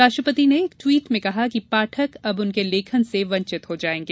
राष्ट्रपति ने एक ट्वीट में कहा कि पाठक अब उनके लेखन से वंचित हो जायेंगे